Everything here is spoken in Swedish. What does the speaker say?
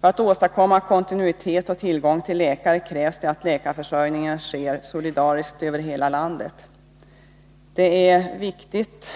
För att åstadkomma kontinuitet och tillgång till läkare krävs det att läkarförsörjningen sker solidariskt över hela landet. Det är viktigt